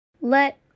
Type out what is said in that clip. Let